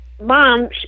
mom